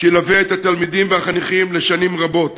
שילווה את התלמידים והחניכים לשנים רבות,